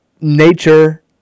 nature